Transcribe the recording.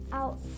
out